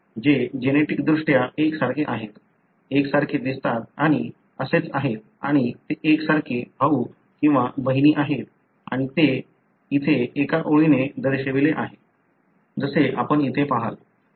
ते जेनेटिक्सदृष्ट्या एकसारखे आहेत एकसारखे दिसतात आणि असेच आहेत आणि ते एकसारखे भाऊ किंवा बहिणी आहेत आणि ते इथे एका ओळीने दर्शविले आहे जसे आपण इथे पहाल